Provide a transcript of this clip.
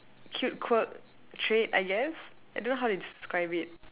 cute quirk trait I guess I don't know how to describe it